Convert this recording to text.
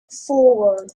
four